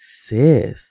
sis